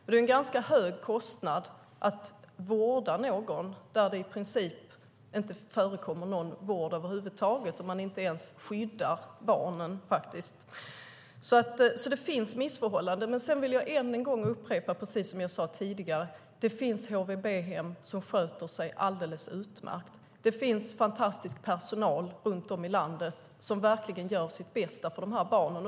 Det är en ganska hög kostnad för vård när det i princip inte förekommer någon vård över huvud taget och man inte ens skyddar barnen. Det finns alltså missförhållanden. Låt mig dock upprepa att det finns HVB-hem som sköter sig utmärkt. Det finns fantastisk personal runt om i landet som gör sitt bästa för dessa barn.